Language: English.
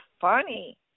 funny